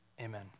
Amen